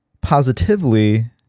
positively